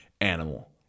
animal